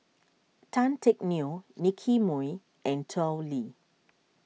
Tan Teck Neo Nicky Moey and Tao Li